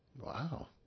Wow